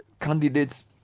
candidates